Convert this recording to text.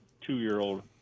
two-year-old